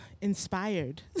inspired